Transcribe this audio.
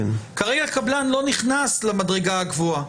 כרגע קבלן לא נכנס למדרגה הגבוהה.